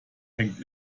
hängt